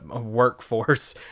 workforce